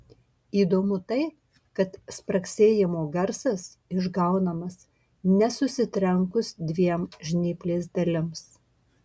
įdomu tai kad spragsėjimo garsas išgaunamas ne susitrenkus dviem žnyplės dalims